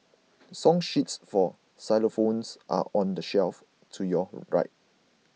song sheets for xylophones are on the shelf to your right